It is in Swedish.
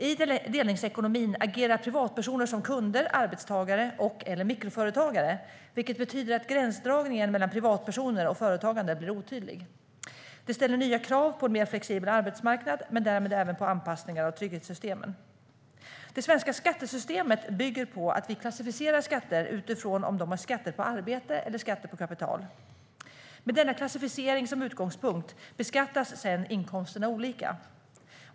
I delningsekonomin agerar privatpersoner som kunder, arbetstagare eller mikroföretagare, vilket betyder att gränsdragningen mellan privatpersoner och företagande blir otydlig. Det ställer nya krav på en mer flexibel arbetsmarknad men därmed även på anpassningar av trygghetssystemen. Det svenska skattesystemet bygger på att vi klassificerar skatter utifrån om de är skatter på arbete eller skatter på kapital. Med denna klassificering som utgångspunkt beskattas sedan inkomsterna olika.